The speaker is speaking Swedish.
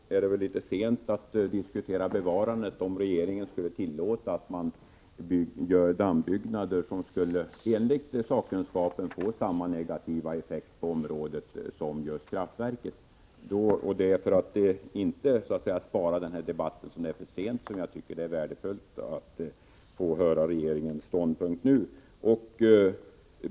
Herr talman! Tyvärr är det litet sent att diskutera ett bevarande, om Tisdagen den regeringen skulle tillåta dammbyggnader som enligt sakkunskapen skulle få 16 april 1985 samma negativa effekt på området som ett kraftverk. Det var för att inte spara debatten tills det är för sent som jag tyckte att det skulle vara värdefullt Om förstärkt skydd att få höra regeringens ståndpunkt.